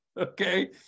okay